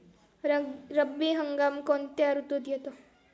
रब्बी हंगाम कोणत्या ऋतूत येतात?